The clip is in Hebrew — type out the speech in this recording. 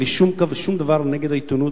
אין לי שום דבר נגד העיתונות,